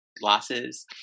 glasses